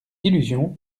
illusion